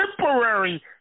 temporary